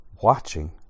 watching